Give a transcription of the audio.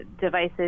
devices